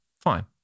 fine